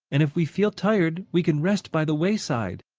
and if we feel tired we can rest by the wayside.